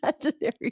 imaginary